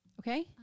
Okay